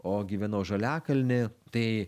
o gyvenau žaliakalny tai